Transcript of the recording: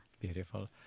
Beautiful